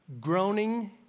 Groaning